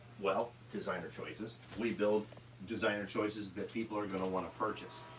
well, designer choices. we build designer choices that people are gonna wanna purchase.